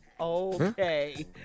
Okay